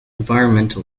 environmental